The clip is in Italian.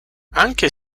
anche